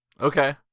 Okay